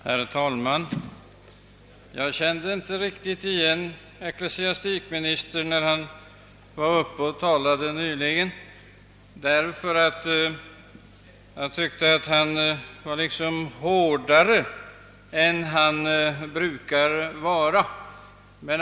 Herr talman! Jag kände inte riktigt igen ecklesiastikministern när han nyss talade. Jag tyckte att han uttryckte sig hårdare än han brukar göra.